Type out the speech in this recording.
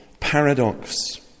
Paradox